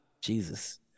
Jesus